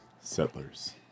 Settlers